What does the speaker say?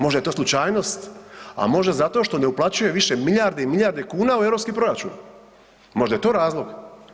Možda je to slučajnost, a možda zato što ne uplaćuje više milijarde i milijarde kuna u europski proračun, možda je to razlog.